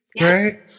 Right